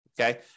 okay